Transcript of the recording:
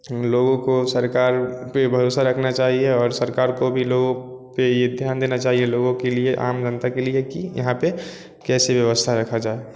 लोगों को सरकार पर भरोसा रखना चाहिए और सरकार को भी लोगों पर ये ध्यान देना चाहिए लोगों के लिए आम जनता के लिए कि यहाँ पर कैसी व्यवस्था रखी जाए